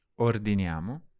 Ordiniamo